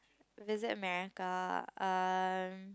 visit America um